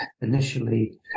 initially